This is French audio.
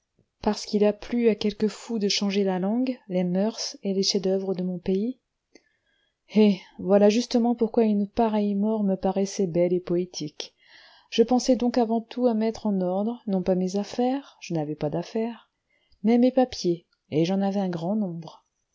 parce qu'il a plu à quelques fous de changer la langue les moeurs et les chefs-d'oeuvre de mon pays eh voilà justement pourquoi une pareille mort me paraissait belle et poétique je pensai donc avant tout à mettre en ordre non pas mes affaires je n'avais pas d'affaires mais mes papiers et j'en avais un grand nombre